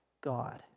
God